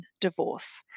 divorce